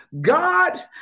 God